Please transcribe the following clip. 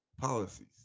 policies